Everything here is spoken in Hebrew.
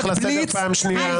אני קורא אותך לסדר פעם שנייה.